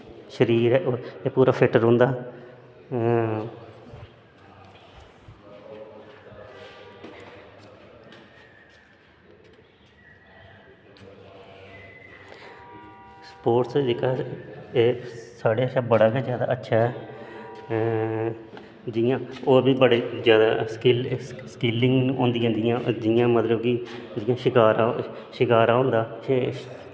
शरीर ऐ एह् पूरा फिट्ट रौंह्दा स्पोटस जेह्ड़ा साढ़ै आस्तै बड़ा गै अच्छा ऐ जि'यां होर बी बड़े जैदा स्किल स्किलिंग होंदियां जि'यां मतलब कि जि'यां शकारा होंदा